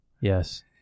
Yes